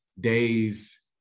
days